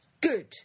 Good